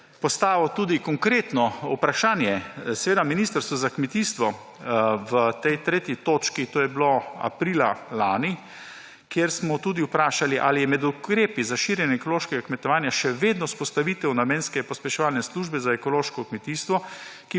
postavil tudi konkretno vprašanje ministrstvu za kmetijstvo pri tretji točki, to je bilo aprila lani, kjer smo tudi vprašali, ali je med ukrepi za širjenje ekološkega kmetovanja še vedno vzpostavitev namenske pospeševalne službe za ekološko kmetijstvo,